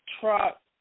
truck